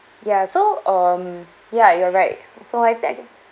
ya so um ya you are right so I I th~